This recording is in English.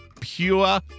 Pure